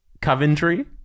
Coventry